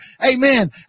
Amen